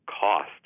cost